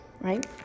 Right